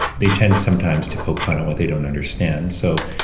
they tend sometimes to poke fun at what they don't understand. so,